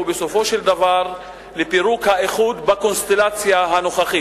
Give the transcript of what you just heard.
בסופו של דבר לפירוק האיחוד בקונסטלציה הנוכחית.